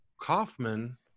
Kaufman